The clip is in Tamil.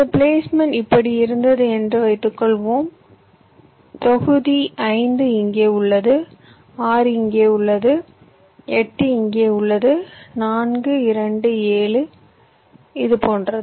பிளேஸ்மென்ட் இப்படி இருந்தது என்று வைத்துக்கொள்வோம் தொகுதி 5 இங்கே உள்ளது 6 இங்கே உள்ளது 8 இங்கே உள்ளது 4 2 7 இது போன்றது